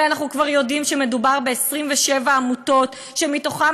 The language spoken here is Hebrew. הרי אנחנו כבר יודעים שמדובר ב-27 עמותות ש-25